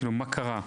מה קרה,